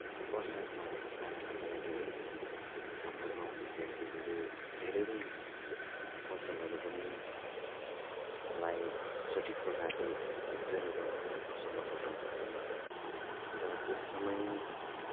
बर्षात नभएको कारणले गर्दाखेरि हाम्रो गाउँका व्यक्तिहरूले धेरै नै फसलहरू पनि लाई सठिक प्रकारले उब्जनी गर्नु असमर्थ भएको थियो र त्यस समय